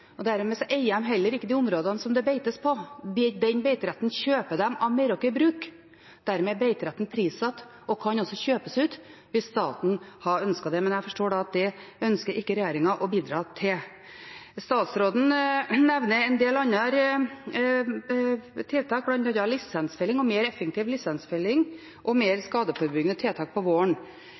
Dermed eier de heller ikke de områdene som det beites på. Den beiteretten kjøper de av Meraker Brug. Dermed er beiteretten prissatt og kan altså kjøpes ut, hvis staten hadde ønsket det. Men jeg forstår det slik at det ønsker ikke regjeringen å bidra til. Statsråden nevner en del andre tiltak, bl.a. mer effektiv lisensfelling og mer skadeforebyggende tiltak om våren.